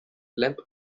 lamp